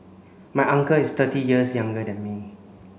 my uncle is thirty years younger than me